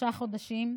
כשלושה חודשים,